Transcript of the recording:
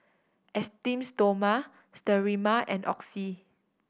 Esteem Stoma Sterimar and Oxy